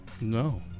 No